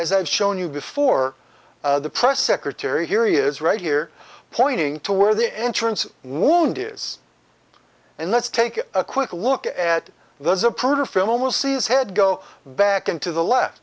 as i've shown you before the press secretary here he is right here pointing to where the entrance wound is and let's take a quick look at those uprooted film will see his head go back into the left